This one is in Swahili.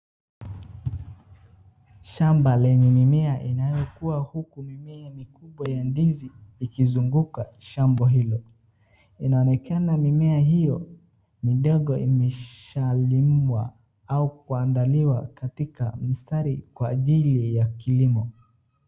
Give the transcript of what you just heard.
Shamba lenye mimea inayokua huku mimea mikubwa ya ndizi ikizunguka shamba hilo, inaonekana mimea hio ni ndogo yenye ishalimwa au kuandaliwa katika mistari kwa ajili ya kilimo.